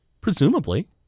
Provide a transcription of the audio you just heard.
Presumably